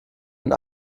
und